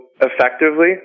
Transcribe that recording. effectively